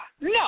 No